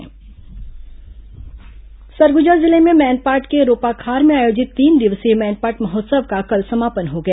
मैनपाट महोत्सव समापन सरगुजा जिले में मैनपाट के रोपाखार में आयोजित तीन दिवसीय मैनपाट महोत्सव का कल समापन हो गया